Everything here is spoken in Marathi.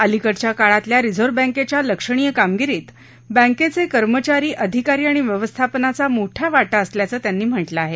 अलीकडच्या काळातल्या रिझर्व्ह बँकेच्या लक्षणीय कामगिरीत बँकेचे कर्मचारी आधिकारी आणि व्यवस्थापनाचा मोठा वाटा असल्याचं त्यांनी म्हटलं आहे